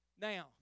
Now